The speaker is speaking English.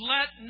Let